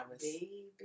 Baby